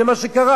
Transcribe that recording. זה מה שקרה.